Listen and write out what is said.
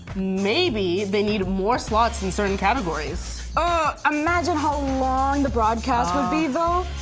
maybe they need more slots in certain categories? oh, imagine how long the broadcast would be though.